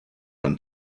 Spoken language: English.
run